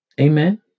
Amen